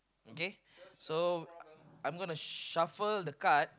okay so I'm gonna shuffle the card